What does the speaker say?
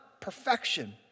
perfection